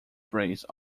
praise